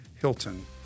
Hilton